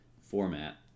format